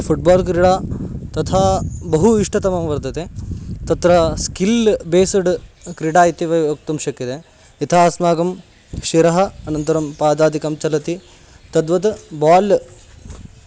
football क्रीडा तथा बहु इष्टतमा वर्तते तत्र स्किल् बेस्ड् क्रीडा इत्यपि वक्तुं शक्यते यथा अस्माकं शिरः अनन्तरं पादादिकं चलति तद्वत् बाल्